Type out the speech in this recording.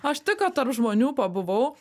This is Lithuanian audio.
aš tik ką tarp žmonių pabuvau